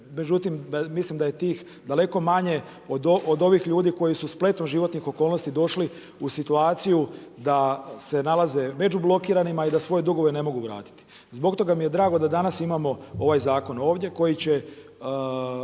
međutim mislim da je tih daleko manje od ovih ljudi koji su spletom životnih okolnosti došli u situaciju da se nalaze među blokiranima i da svoje dugove ne mogu vratiti. Zbog toga mi je drago da danas imamo ovaj zakon ovdje koji će